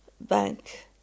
bank